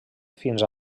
fins